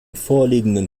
vorliegenden